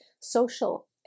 Social